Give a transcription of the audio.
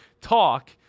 talk